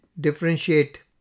differentiate